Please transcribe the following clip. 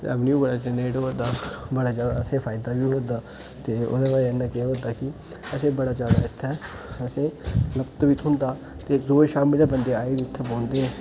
revenue बड़ा generate होआ दा बड़ा ज्यादा असेई फायदा बी होआ करदा ते ओह्दी वजहा कन्नै केह् होआ दा कि असेई बड़ा ज्यादा इत्थै असें लुप्त बी थौहंदा ते रोज शामी बेल्लै बंदे आए दे होंदे इत्थै बुंदे